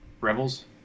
Rebels